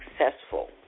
successful